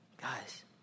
guys